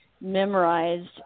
memorized